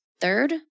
Third